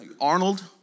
Arnold